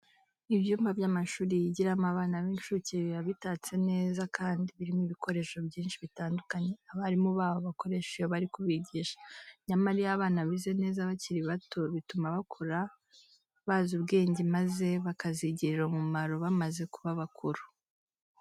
Ibyumba by'amashuri yigiramo abana b'incuke biba bitatse neza kandi birimo ibikoresho byinshi bitandukanye abarimu babo bakoresha iyo bari kubigisha. Nyamara iyo abana bize neza bakiri bato bituma bakura bazi ubwenge maze bakazigirira umumaro bamaze kuba bakuru.